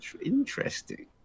Interesting